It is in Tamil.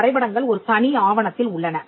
வரைபடங்கள் ஒரு தனி ஆவணத்தில் உள்ளன